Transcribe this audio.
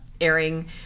airing